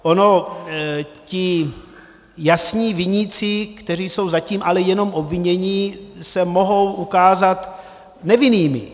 Ono ti jasní viníci, kteří jsou zatím ale jenom obvinění, se mohou ukázat nevinnými.